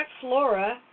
flora